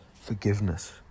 Forgiveness